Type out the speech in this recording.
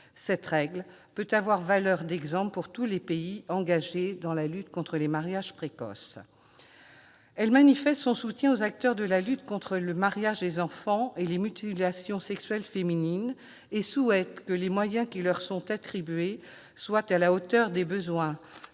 cette règle peut avoir valeur d'exemple pour tous les pays engagés dans la lutte contre les mariages précoces. Elle manifeste son soutien aux acteurs de la lutte contre le mariage des enfants et les mutilations sexuelles féminines et souhaite que les moyens qui leur sont attribués soient à la hauteur des besoins.